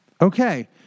Okay